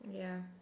ya